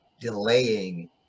delaying